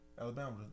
Alabama